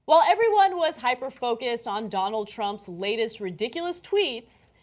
while everyone was hyper focused on donald trump's latest ridiculous tweets,